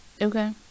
okay